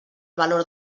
valor